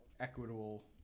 Equitable